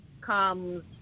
comes